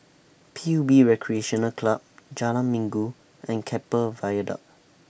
P U B Recreational Club Jalan Minggu and Keppel Viaduct